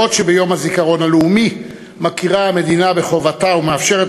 ביום הזיכרון הלאומי מכירה המדינה בחובתה ומאפשרת